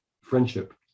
friendship